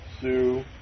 Sue